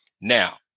Now